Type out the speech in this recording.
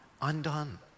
undone